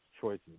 choices